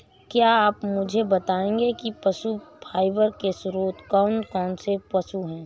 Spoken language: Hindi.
क्या आप मुझे बताएंगे कि पशु फाइबर के स्रोत कौन कौन से पशु हैं?